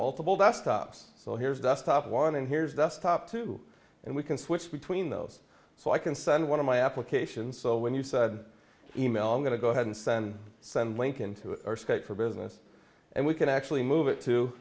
multiple desktops so here's desktop one and here's desktop two and we can switch between those so i can send one of my applications so when you said email i'm going to go ahead and send some link into a script for business and we can actually move it to